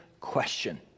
question